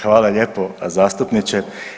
Hvala lijepo zastupniče.